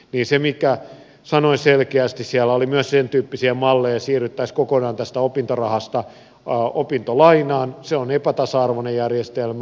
niin kuin sanoin selkeästi siellä oli myös sentyyppisiä malleja että siirryttäisiin kokonaan opintorahasta opintolainaan ja se on epätasa arvoinen järjestelmä